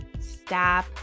stop